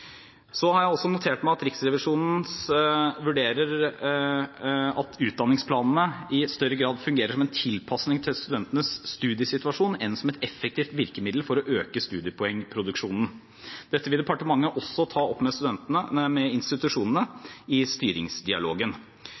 Så har jeg også notert meg at Riksrevisjonen vurderer at utdanningsplanene i større grad fungerer som en tilpasning til studentenes studiesituasjon enn som et effektivt virkemiddel for å øke studiepoengproduksjonen. Dette vil departementet også ta opp med institusjonene i styringsdialogen.